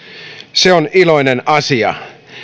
se on iloinen asia